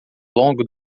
longo